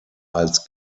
als